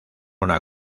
una